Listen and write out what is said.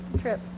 trip